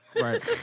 Right